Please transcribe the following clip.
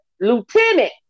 Lieutenant